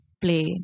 play